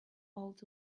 old